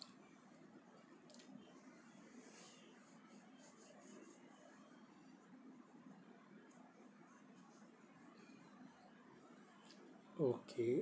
okay